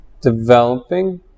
developing